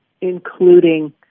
including